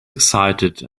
excited